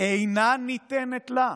אינה ניתנת לה".